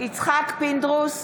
יצחק פינדרוס,